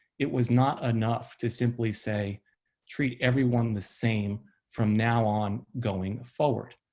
it was not enough to simply say treat everyone the same from now on going forward.